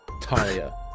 Talia